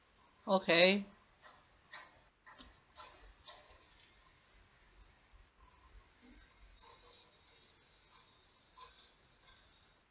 okay